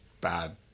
bad